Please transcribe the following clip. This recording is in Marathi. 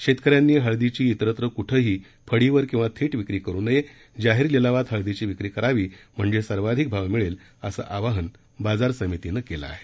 तेव्हा शेतकऱ्यांनी हळदीची तिरत्र कुठंही फडीवर किवा थेट विक्री करू नये जाहीर लिलावात हळदीची विक्री करावी म्हणजे सर्वाधिक भाव मिळेल असं आवाहन बाजार समितीनं केलं आहे